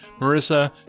marissa